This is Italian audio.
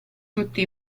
tutti